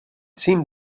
seemed